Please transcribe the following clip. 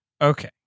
Okay